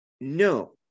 No